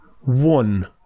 one